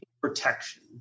protection